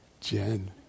Jen